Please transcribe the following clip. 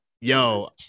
yo